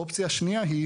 אופציה שניה היא